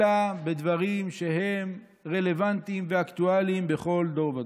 אלא בדברים שהם רלוונטיים ואקטואליים בכל דור ודור.